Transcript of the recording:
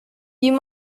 you